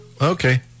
Okay